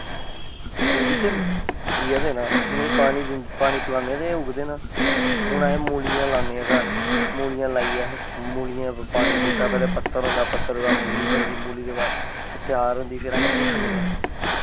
एह्बी ते जीआ दे ना पानी पिलाने ते जीआ दे ना हून अस मूल्लियां लानै घर मूल्लियां लाइयै मुल्लियें पर पत्तर असें घट्ट पत्तर बनदा ते पत्तर दे बाद मूली बनदी फिर त्यार होंदी ते फिर अस इसी खन्ने आं